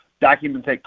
documents